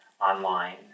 online